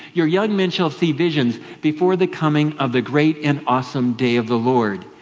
your young men shall see visions. before the coming of the great and awesome day of the lord.